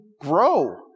grow